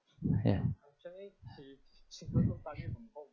ya